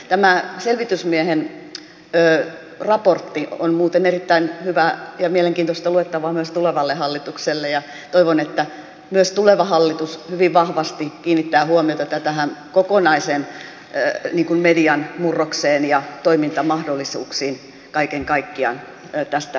tämä selvitysmiehen raportti on muuten erittäin hyvää ja mielenkiintoista luettavaa myös tulevalle hallitukselle ja toivon että myös tuleva hallitus hyvin vahvasti kiinnittää huomiota tähän kokonaiseen median murrokseen ja toimintamahdollisuuksiin kaiken kaikkiaan tästä eteenpäinkin